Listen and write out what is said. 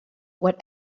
what